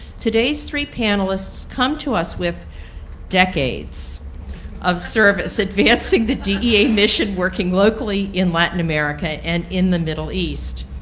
today's three panel lists come to us with decades of service advancing the dea mission working locally in latin america and in the middle east.